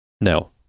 no